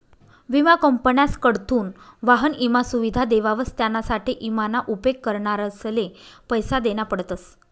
विमा कंपन्यासकडथून वाहन ईमा सुविधा देवावस त्यानासाठे ईमा ना उपेग करणारसले पैसा देना पडतस